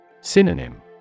Synonym